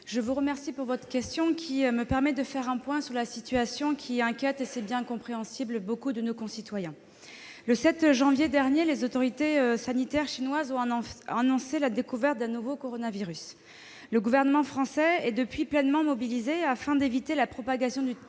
je vous remercie de votre question, qui me permet de faire un point sur la situation, laquelle inquiète- c'est bien compréhensible -nombre de nos concitoyens. Le 7 janvier dernier, les autorités sanitaires chinoises ont annoncé la découverte d'un nouveau coronavirus. Le Gouvernement français est depuis pleinement mobilisé afin d'éviter la propagation du